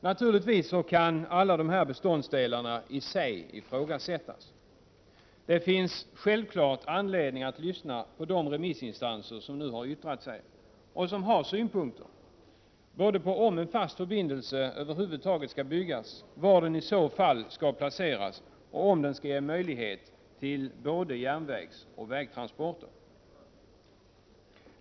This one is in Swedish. Naturligtvis kan alla de här beståndsdelarna i sig ifrågasättas. Det finns självfallet anledning att lyssna till de remissinstanser som nu har yttrat sig och som har synpunkter både på om en fast förbindelse över huvud taget skall byggas, var den i så fall skall placeras och om den skall ge möjlighet till såväl 33 järnvägssom vägtransporter.